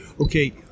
okay